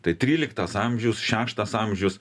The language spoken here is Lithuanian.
tai tryliktas amžiaus šeštas amžius